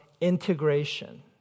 integration